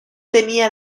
tenía